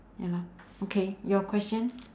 ya lah okay your question